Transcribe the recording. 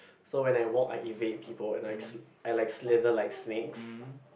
so when I walk I evade people and I s~ I like slither like snakes